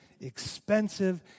expensive